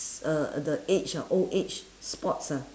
s~ uh uh the age uh old age spots ah